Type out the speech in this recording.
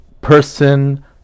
person